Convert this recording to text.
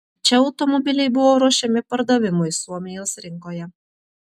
čia automobiliai buvo ruošiami pardavimui suomijos rinkoje